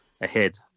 ahead